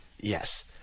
Yes